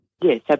Yes